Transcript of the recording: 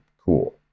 cool